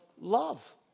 love